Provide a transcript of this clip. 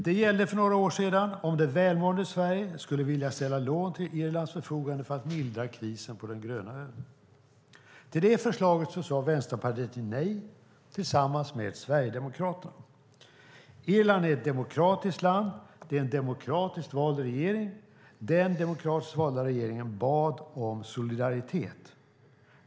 Det gällde alltså, för några år sedan, om det välmående Sverige skulle vilja ställa lån till Irlands förfogande för att mildra krisen på den gröna ön. Till detta förslag sade Vänsterpartiet, tillsammans med Sverigedemokraterna, nej. Irland är ett demokratiskt land. Det är en demokratiskt vald regering. Den demokratiskt valda regeringen bad om solidaritet.